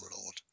Lord